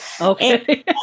Okay